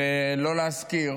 ולא להזכיר: